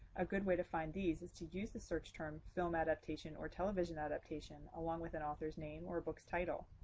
a good way to find these is to use the search term film adaptation or television adaptation, along with an author's name or a book's title.